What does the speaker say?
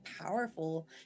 powerful